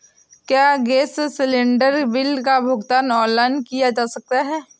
क्या gas cylinder bill का भुगतान ऑनलाइन किया जा सकता है?